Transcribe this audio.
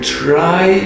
try